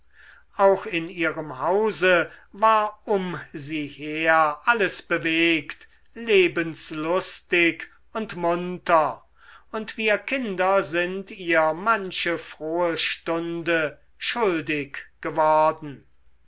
auch in ihrem hause war um sie her alles bewegt lebenslustig und munter und wir kinder sind ihr manche frohe stunde schuldig geworden